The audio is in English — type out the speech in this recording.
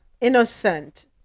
innocent